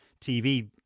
TV